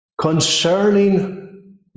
concerning